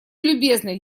любезный